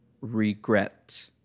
Regret